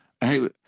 Hey